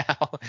now